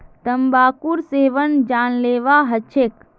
तंबाकूर सेवन जानलेवा ह छेक